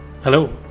Hello